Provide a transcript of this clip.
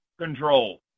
control